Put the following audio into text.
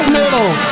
middle